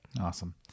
Awesome